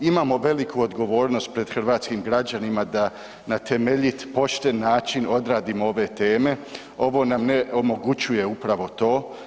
Imamo veliku odgovornost pred hrvatskim građanima na temeljit, pošten način odradimo ove teme, ovo nam ne omogućuje upravo to.